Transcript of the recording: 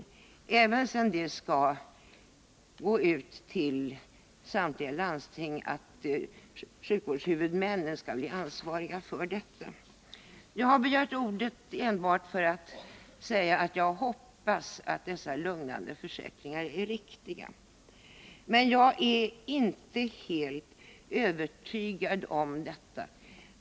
Information skall gå ut till samtliga landsting om att sjukvårdshuvudmännen skall bli ansvariga för detta område. Jag har begärt ordet enbart för att säga att jag hoppas att dessa lugnande försäkringar är riktiga. Jag är emellertid inte helt övertygad om det.